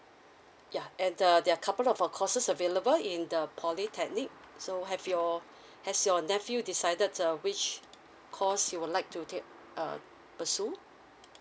yeah and the there are couple of courses available in the polytechnic so have your has your nephew decided uh which course you would like to take uh pursue